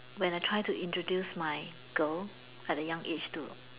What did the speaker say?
when I try to introduce my girl at a young age to